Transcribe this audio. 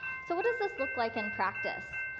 so what does this look like in practice?